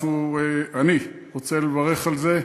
ואני רוצה לברך על זה.